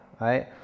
right